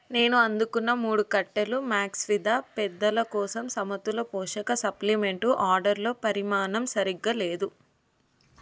నేను అందుకున్న మూడు కట్టలు మ్యాక్స్విదా పెద్దల కోసం సమతుల పోషక సప్లిమెంటు ఆర్డర్లో పరిమాణం సరిగ్గా లేదు